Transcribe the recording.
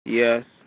Yes